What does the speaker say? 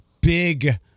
big